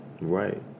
right